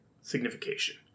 signification